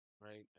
right